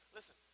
Listen